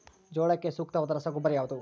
ಜೋಳಕ್ಕೆ ಸೂಕ್ತವಾದ ರಸಗೊಬ್ಬರ ಯಾವುದು?